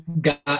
got